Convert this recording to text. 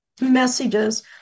messages